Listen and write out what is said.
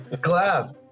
Class